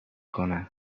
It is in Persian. کنند